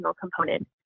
component